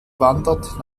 wandert